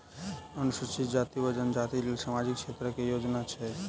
अनुसूचित जाति वा जनजाति लेल सामाजिक क्षेत्रक केँ योजना छैक?